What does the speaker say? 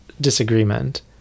disagreement